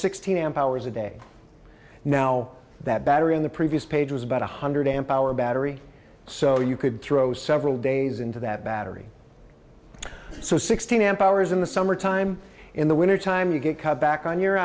sixteen amp hours a day now that battery in the previous page was about one hundred amp hour battery so you could throw several days into that battery so sixteen amp hours in the summertime in the wintertime you get cut back on your